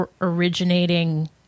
originating